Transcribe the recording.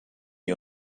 wir